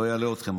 לא אלאה אתכם.